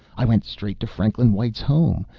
i went straight to franklin white's home.